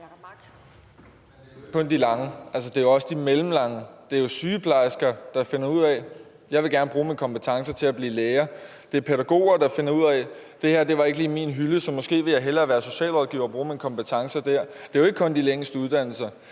Det er ikke kun de lange uddannelser, det er også de mellemlange. Det er jo sygeplejersker, der finder ud af, at de gerne vil bruge deres kompetencer til at blive læge, det er pædagoger, der finder ud af, at det ikke lige var deres hylde, så måske vil de hellere være socialrådgiver og bruge deres kompetencer der. Det er jo ikke kun de længste uddannelser.